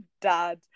dad